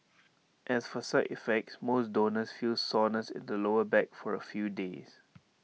as for side effects most donors feel soreness in the lower back for A few days